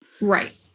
Right